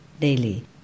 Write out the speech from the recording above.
daily